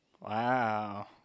Wow